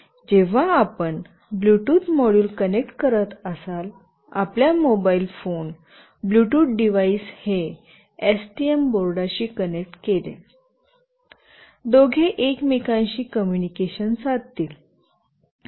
जेव्हा आपण Bluetooth module connect करत असाल आपल्या मोबाइल फोन ब्लूटूथ डिव्हाइस हे एसटीएम बोर्डाशी कनेक्ट केले दोघे एकमेकांशी कम्युनिकेशन साधतील